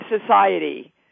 society